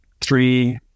three